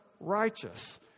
righteous